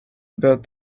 about